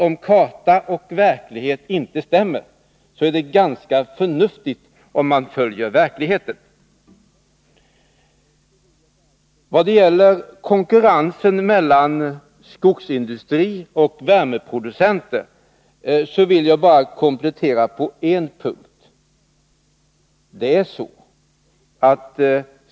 Om karta och verklighet inte stämmer är det ganska förnuftigt att följa verkligheten. Vad gäller konkurrensen mellan skogsindustri och värmeproducenter vill jag bara komplettera på en punkt.